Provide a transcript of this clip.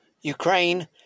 Ukraine